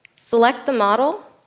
select the model,